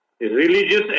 religious